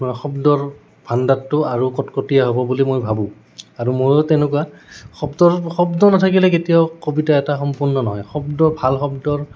শব্দৰ ভাণ্ডাৰটো আৰু কটকটীয়া হ'ব বুলি মই ভাবোঁ আৰু ময়ো তেনেকুৱা শব্দৰ শব্দ নাথাকিলে কেতিয়াও কবিতা এটা সম্পূৰ্ণ নহয় শব্দৰ ভাল শব্দৰ